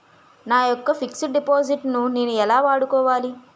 నా యెక్క fixed deposit ను నేను ఎలా వాడుకోవాలి?